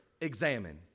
Examine